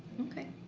okay.